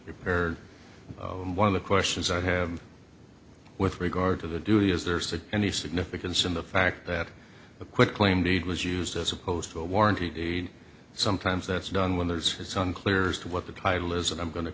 was repaired one of the questions i have with regard to the duty is there's that any significance in the fact that a quit claim deed was used as opposed to a warranty sometimes that's done when there's it's unclear as to what the title is and i'm going to